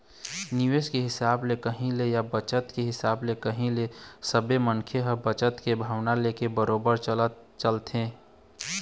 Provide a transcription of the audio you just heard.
निवेश के हिसाब ले कही ले या बचत के हिसाब ले कही ले सबे मनखे मन ह बचत के भावना लेके बरोबर चलथे ही